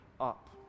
up